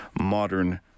modern